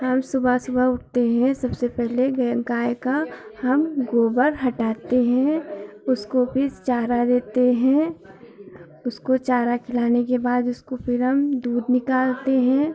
हम सुबह सुबह उठते हैं सबसे पहले गाय का हम गोबर हटाते हैं उसको फिर चारा देते हैं उसको चारा खिलाने के बाद उसको फिर हम दूध निकालते हैं